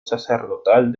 sacerdotal